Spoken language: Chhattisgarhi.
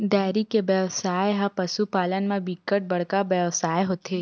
डेयरी के बेवसाय ह पसु पालन म बिकट बड़का बेवसाय होथे